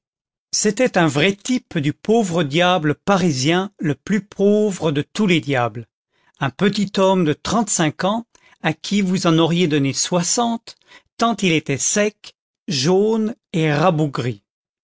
c'était un vrai type du pauvre diable parisien le plus pauvre de tous les diables un petit homme de trente-cinq ans à qui vous en auriez donné soixante tant il était sec jaune et rabougri